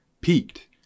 peaked